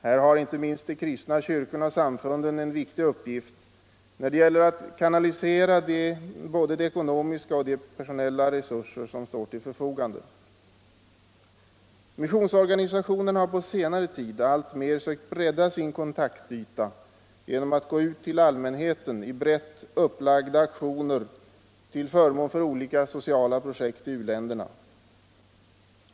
Här har inte minst de kristna kyrkorna och samfunden en viktig uppgift när det gäller att kanalisera både de ekonomiska och de personella resurser som står till förfogande. Missionsorganisationerna har på senare tid alltmer sökt bredda sin kontaktyta genom att gå ut till allmänheten i brett upplagda aktioner till förmån för olika sociala projekt i u-länderna.